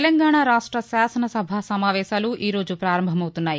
తెలంగాణా రాష్ట శాసనసభా సమావేశాలు ఈరోజు పారంభమవుతున్నాయి